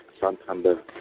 Santander